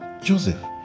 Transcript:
Joseph